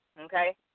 okay